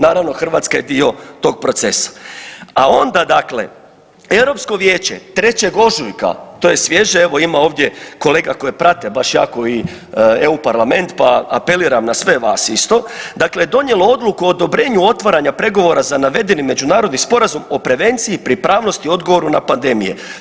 Naravno, Hrvatska je dio tog procesa, a onda dakle, EU vijeće 3. ožujka, to je svježe, evo, ima ovdje kolega koji prate baš jako i EU parlament pa apeliram na sve vas isto, dakle donijelo Odluku o odobrenju otvaranja pregovora za navedeni međunarodni sporazum o prevenciji i pripravnosti odgovoru na pandemije.